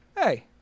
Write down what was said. hey